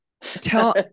tell